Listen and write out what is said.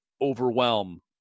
overwhelm